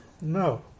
No